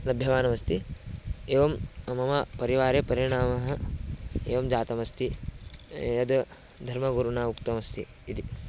लभ्यमानमस्ति एवं मम परिवारे परिणामः एवं जातमस्ति यत् धर्मगुरुणा उक्तमस्ति इति